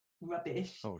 rubbish